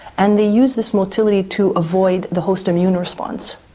and they use this motility to avoid the host immune response.